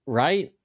right